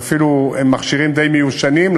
הם אפילו מכשירים די מיושנים,